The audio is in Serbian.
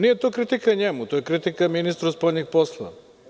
Nije to kritika njemu, to je kritika Ministru spoljnih poslova.